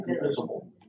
Invisible